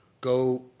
Go